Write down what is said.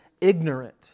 ignorant